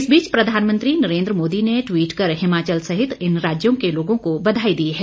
इस बीच प्रधानमंत्री नरेन्द्र मोदी ने ट्वीट कर हिमाचल सहित इन राज्यों के लोगों को बधाई दी है